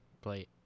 Play